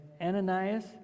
Ananias